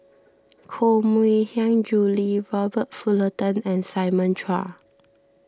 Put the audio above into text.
Koh Mui Hiang Julie Robert Fullerton and Simon Chua